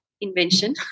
invention